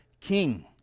king